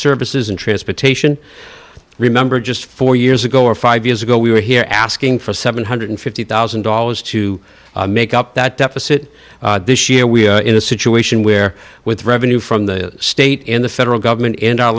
services and transportation remember just four years ago or five years ago we were here asking for seven hundred and fifty thousand dollars to make up that deficit this year we're in a situation where with revenue from the state in the federal government in our